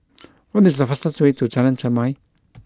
what is the fastest way to Jalan Chermai